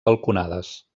balconades